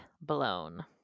blown